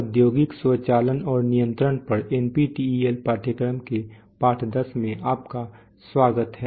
औद्योगिक स्वचालन और नियंत्रण पर NPTEL पाठ्यक्रम के पाठ 10 में आपका स्वागत है